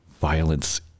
violence